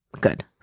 Good